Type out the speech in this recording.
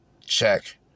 check